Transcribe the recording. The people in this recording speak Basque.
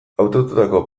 hautatutako